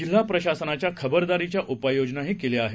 जिल्हा प्रशासनाच्या खबरदारीच्या उपाययोजना केल्या आहेत